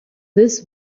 this